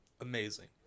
amazing